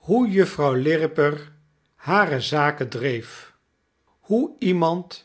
hoe juffrouw lirriper hare zaken dreef hoe iemand